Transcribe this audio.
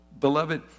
beloved